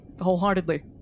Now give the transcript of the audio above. Wholeheartedly